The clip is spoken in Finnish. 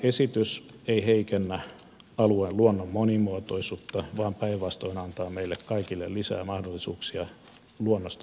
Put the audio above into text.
esitys ei heikennä alueen luonnon monimuotoisuutta vaan päinvastoin antaa meille kaikille lisää mahdollisuuksia luonnosta nauttimiseen